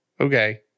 okay